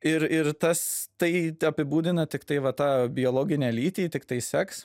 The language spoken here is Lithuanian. ir ir tas tai apibūdina tiktai va tą biologinę lytį tiktai seks